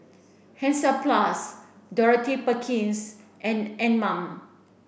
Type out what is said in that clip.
Hansaplast Dorothy Perkins and Anmum